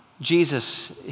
Jesus